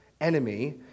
enemy